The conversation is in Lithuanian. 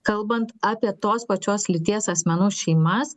kalbant apie tos pačios lyties asmenų šeimas